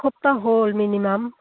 এসপ্তাহ হ'ল মিনিমাম